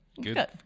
Good